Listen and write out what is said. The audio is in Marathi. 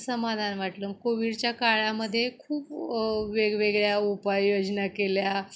समाधान वाटलं कोविडच्या काळामध्ये खूप वेगवेगळ्या उपाय योजना केल्या